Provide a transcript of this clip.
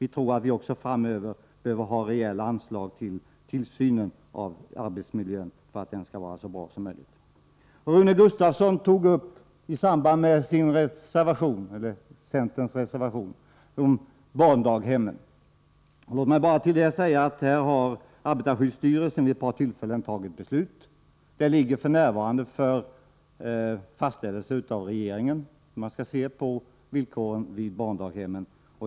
Vi tror att det också framöver behövs rejäla anslag för tillsynen av arbetsmiljön för att den skall kunna vara så bra som möjligt. Rune Gustavsson tog i samband med att han talade om centerns reservation upp frågan om barndaghemmen. Låt mig bara till det säga att arbetarskyddsstyrelsen vid ett par tillfällen har fattat beslut som f. n. väntar på fastställande av regeringen. Man skall se på villkoren vid barndaghemmen.